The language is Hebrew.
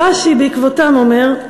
רש"י בעקבותם אומר,